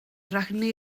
rannu